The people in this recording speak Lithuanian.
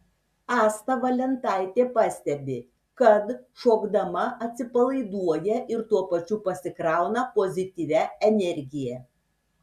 asta valentaitė pastebi kad šokdama atsipalaiduoja ir tuo pačiu pasikrauna pozityvia energija